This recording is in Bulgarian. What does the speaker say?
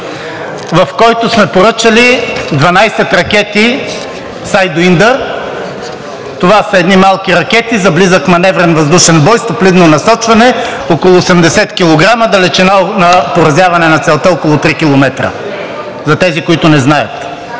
в който сме поръчали 12 ракети Sidewinder. Това са едни малки ракети за близък маневрен въздушен бой с топлинно насочване, около 80 кг, далечина на поразяване на целта около 3 км – за тези, които не знаят.